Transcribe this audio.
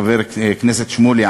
חבר הכנסת שמולי,